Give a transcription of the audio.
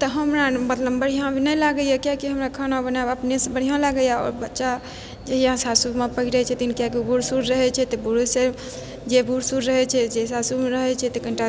तऽ हमरा मतलब बढ़िआँ नहि लागइए किेएक कि हमरा खाना बनायब अपनेसँ बढ़िआँ लागइए आओर बच्चा जहिया सासु माँ पहिरय छथिन किएक कि बूढ़ सूढ़ रहय छै तऽ बूढ़ेसँ जे बूढ़ सूढ़ रहय छै जे सासुरमे रहय छै तऽ कनि टा